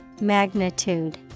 magnitude